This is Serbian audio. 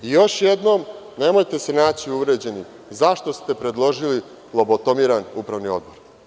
Još jednom, nemojte se naći uvređeni, zašto ste predložili lobotomiran Upravni odbor?